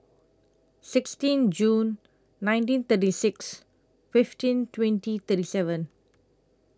sixteen June nineteen thirty six fifteen twenty thirty seven